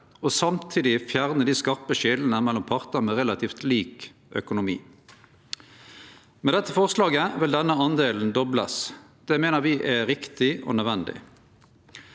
og samtidig fjerne dei skarpe skilja mellom partar med relativt lik økonomi. Med dette forslaget vil denne andelen doblast. Det meiner me er riktig og nødvendig.